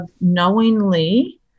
knowingly